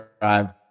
drive